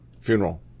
funeral